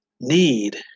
need